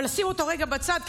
ולשים אותו רגע בצד,